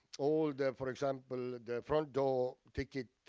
all, for example, the front door ticket,